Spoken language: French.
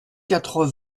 quatre